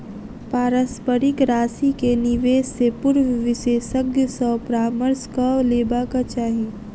पारस्परिक राशि के निवेश से पूर्व विशेषज्ञ सॅ परामर्श कअ लेबाक चाही